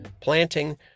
planting